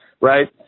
Right